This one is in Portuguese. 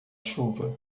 chuva